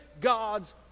God's